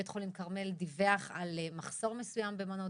בית חולים כרמל דיווח על מחסור מסוים במנות